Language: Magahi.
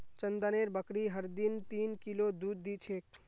चंदनेर बकरी हर दिन तीन किलो दूध दी छेक